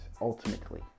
Ultimately